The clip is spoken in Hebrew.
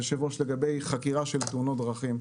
היושב-ראש, לגבי חקירה של תאונות דרכים.